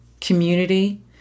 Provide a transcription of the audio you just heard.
community